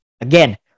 Again